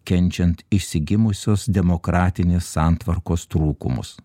kenčiant išsigimusios demokratinės santvarkos trūkumus